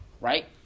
Right